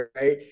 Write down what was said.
right